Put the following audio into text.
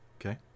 Okay